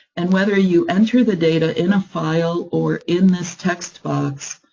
and whether you enter the data in a file or in this text box,